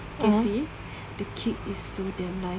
cafe the cake is so damn nice